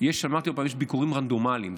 אמרתי שיש ביקורים רנדומליים,